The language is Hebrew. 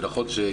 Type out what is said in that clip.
זה נכון ש,